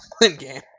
in-game